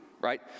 right